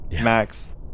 max